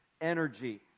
energy